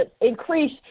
Increase